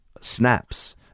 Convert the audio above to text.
snaps